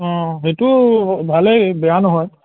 অঁ সেইটো ভালেই বেয়া নহয়